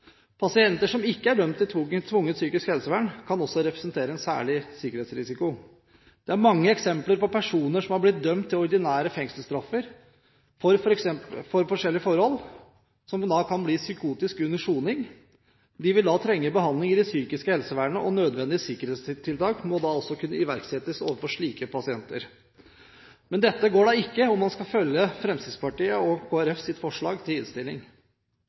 pasienter og personell. Pasienter som ikke er dømt til tvungent psykisk helsevern, kan også representere en særlig sikkerhetsrisiko. Det er mange eksempler på personer som er blitt dømt til ordinære fengselsstraffer for forskjellige forhold, som kan bli psykotiske under soning. De vil trenge behandling i det psykiske helsevernet, og nødvendige sikkerhetstiltak må også kunne iverksettes overfor slike pasienter. Men dette går ikke om man skal følge Fremskrittspartiets og Kristelig Folkepartis forslag til innstilling.